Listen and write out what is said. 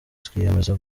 twiyemeza